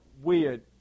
weird